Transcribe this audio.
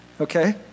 okay